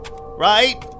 Right